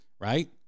Right